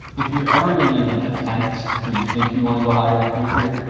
if you're ever gonna even attempt, or you think you wanna go higher in the future,